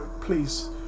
Please